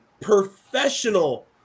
professional